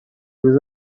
روز